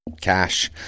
cash